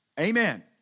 Amen